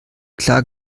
klar